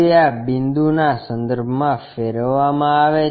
તે આ બિંદુ ના સંદર્ભમાં ફેરવવામાં આવે છે